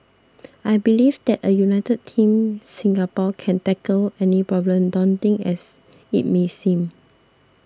I believe that a united Team Singapore can tackle any problem daunting as it may seem